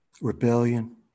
rebellion